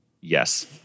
Yes